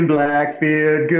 Blackbeard